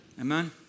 Amen